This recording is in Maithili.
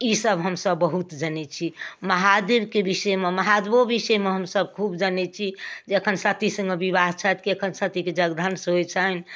ईसब हमसभ बहुत जनै छी महादेवके विषयमे महादेवो विषयमे हमसभ खूब जनै छी जे एखन सती सङ्ग बिआह छथि कि एखन सतीक जगधंस होइ छनि